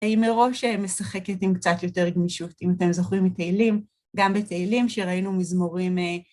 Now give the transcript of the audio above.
היא מרוב שמשחקת עם קצת יותר גמישות, אם אתם זוכרים מתהילים, גם בתהילים שראינו מזמורים...